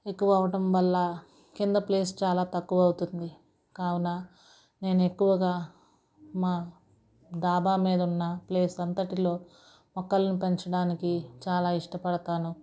ఎక్కువ అవ్వటం వల్ల కింద ప్లేస్ చాలా తక్కువ అవుతుంది కావున నేను ఎక్కువగా మా డాబా మీద ఉన్న ప్లేస్ అంతటిలో మొక్కలను పెంచటానికి చాలా ఇష్టపడతాను